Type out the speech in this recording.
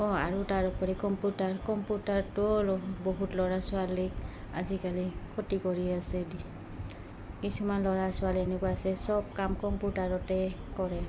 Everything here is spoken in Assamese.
অঁ আৰু তাৰ ওপৰি কম্পিউটাৰ কম্পিউটাৰটো বহুত ল'ৰা ছোৱালীক আজিকালি ক্ষতি কৰি আছে কিছুমান ল'ৰা ছোৱালী এনেকুৱা আছে চব কাম কম্পিউটাৰতে কৰে